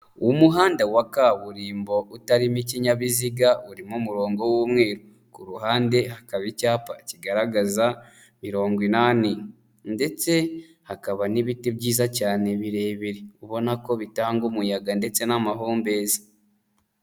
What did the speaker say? Umuhanda wa kaburimbo utarimo ikinyabiziga, urimo umurongo w'umweru. Ku ruhande hakaba icyapa kigaragaza mingo inani ndetse hakaba n'ibiti byiza cyane birebire. Ubona ko bitanga umuyaga ndetse n'amahumbezi.